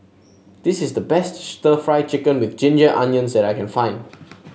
this is the best stir Fry Chicken with Ginger Onions that I can find